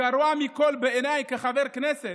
הגרוע מכול, בעיניי, כחבר כנסת,